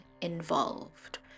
involved